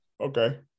Okay